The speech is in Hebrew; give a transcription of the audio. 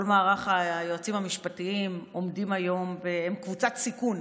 כל מערך היועצים המשפטיים עומדים היום והם קבוצת סיכון,